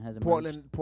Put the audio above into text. Portland